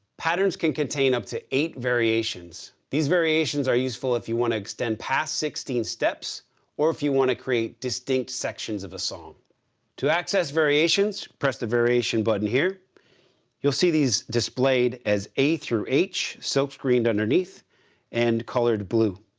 patterns can contain up to eight variations. these variations are useful if you want to extend past sixteen steps or if you want to create distinct sections of a song to access variations, press the variation button. here you'll see these displayed as a through h silkscreened underneath and colored blue.